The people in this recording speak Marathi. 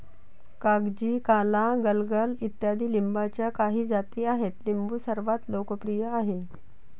कागजी, काला, गलगल इत्यादी लिंबाच्या काही जाती आहेत लिंबू सर्वात लोकप्रिय आहे